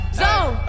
zone